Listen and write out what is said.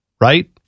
right